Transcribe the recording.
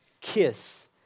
kiss